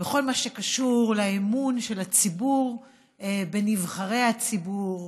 בכל מה שקשור לאמון של הציבור בנבחרי הציבור,